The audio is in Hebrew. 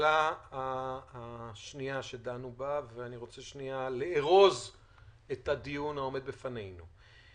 לשאלה השנייה שדנו בה ואני רוצה שנייה לארוז את הדיון שעומד בפנינו.